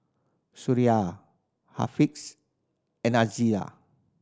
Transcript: Suraya Haziq and Aqeelah